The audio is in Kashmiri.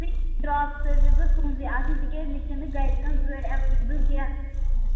پِک ڈرٛاپ سٔروِس گٔژھ تُہٕنٛزٕے آسٕنۍ تِکیٛازِ مےٚ چھِنہٕ گَرٕ کانٛہہ گٲڑۍ ایٚویلیبُل کیٚنٛہہ